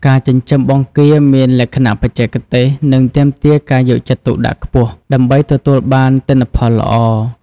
ការចិញ្ចឹមបង្គាមានលក្ខណៈបច្ចេកទេស និងទាមទារការយកចិត្តទុកដាក់ខ្ពស់ ដើម្បីទទួលបានទិន្នផលល្អ។